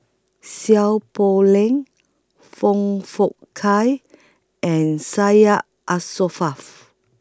Seow Poh Leng Foong Fook Kay and Syed